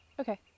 Okay